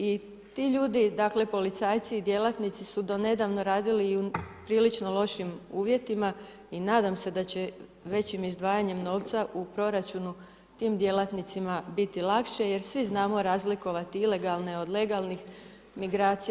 I ti ljudi, dakle, policajci i djelatnici su do nedavno radili u prilično lošim uvjetima i nadam se da će većim izdvajanjem novca u proračunu tim djelatnicima biti lakše, jer svi znamo razlikovati ilegalne od legalnih migracija.